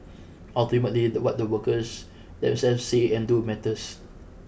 ultimately that what the workers themselves say and do matters